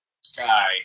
sky